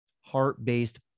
heart-based